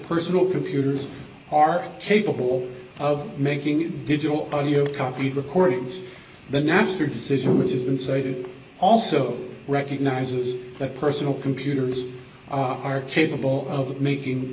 personal computers are capable of making digital audio copied recordings then after decision which has been cited also recognizes that personal computers are capable of making